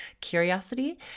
curiosity